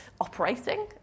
operating